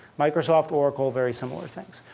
microsoft, oracle very similar things.